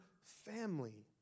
family